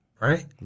Right